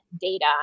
data